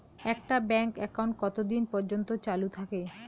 একটা bank account কতদিন পর্যন্ত চালু থাকে?